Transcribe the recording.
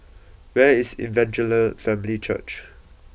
where is Evangel Family Church